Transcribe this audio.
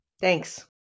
Thanks